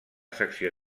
secció